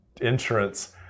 insurance